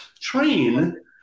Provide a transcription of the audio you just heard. train